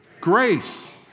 grace